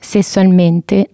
Sessualmente